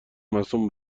مصون